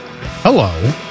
Hello